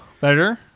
better